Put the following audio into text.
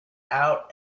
out